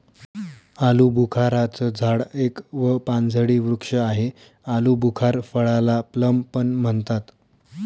आलूबुखारा चं झाड एक व पानझडी वृक्ष आहे, आलुबुखार फळाला प्लम पण म्हणतात